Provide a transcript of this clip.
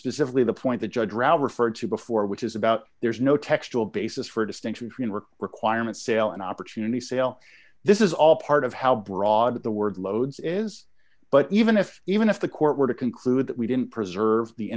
specifically the point that judge raul referred to before which is about there's no textual basis for distinction between work requirement sale and opportunity sale this is all part of how broad the word loads is but even if even if the court were to conclude that we didn't preserve the